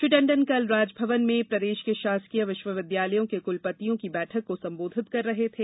श्री टंडन कल राजभवन में प्रदेश के शासकीय विश्वविद्यालयों के क्लपतियों की बैठक को संबोधित कर रहे थे